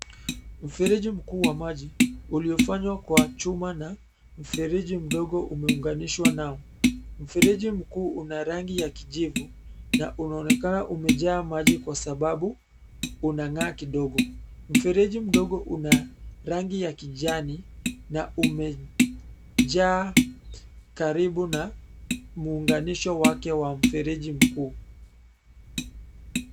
Mfereji mkuu wa maji, uliofanywa kuwa chuma na mfereji mdogo, umeunganishwa nao. Mfereji mkuu una rangi ya kijivu, na unaonekana umejaa maji kwa sababu unang'aa kidogo. Mfereji mdogo una rangi ya kijani, na umejaa karibu na muunganisho wake wa mfereji mkuu.